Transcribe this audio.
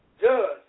judge